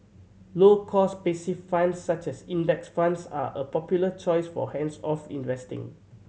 low cost passive funds such as Index Funds are a popular choice for hands off investing